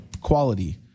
quality